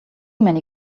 many